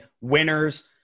winners